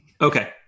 okay